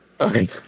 Okay